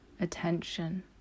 attention